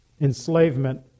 enslavement